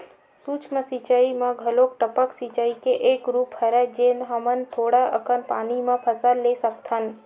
सूक्ष्म सिचई म घलोक टपक सिचई के एक रूप हरय जेन ले हमन थोड़ा अकन पानी म फसल ले सकथन